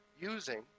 using